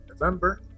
November